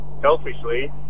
selfishly